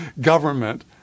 government